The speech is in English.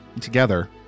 together